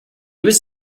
was